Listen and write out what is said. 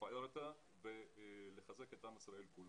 לפאר אותה ולחזק את עם ישראל כולו.